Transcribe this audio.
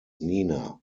nina